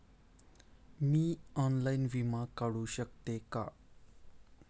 मी online विमा काढू शकते का?